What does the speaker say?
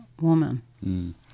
woman